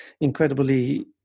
incredibly